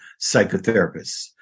psychotherapists